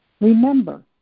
Remember